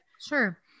Sure